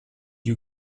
you